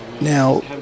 Now